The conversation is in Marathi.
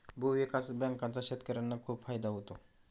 भूविकास बँकांचा शेतकर्यांना खूप फायदा होतो